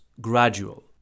gradual